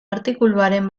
artikuluaren